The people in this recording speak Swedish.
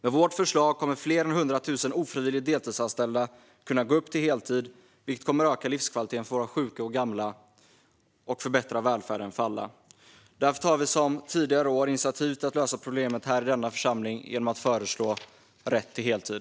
Med vårt förslag kommer fler än hundra tusen ofrivilligt deltidsanställda att kunna gå upp till heltid, vilket kommer att höja livskvaliteten för våra sjuka och gamla och förbättra välfärden för alla. Därför tar vi liksom tidigare år initiativ till att lösa problemet här i denna församling genom att föreslå rätt till heltid.